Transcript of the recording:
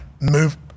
move